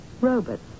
robots